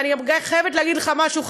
ואני חייבת להגיד לך משהו,